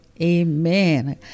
amen